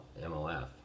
MLF